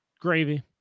gravy